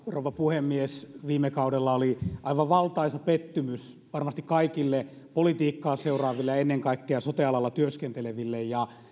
rouva puhemies viime kaudella oli aivan valtaisa pettymys varmasti kaikille politiikkaa seuraaville ja ennen kaikkea sote alalla työskenteleville ja